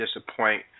disappoint